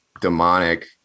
demonic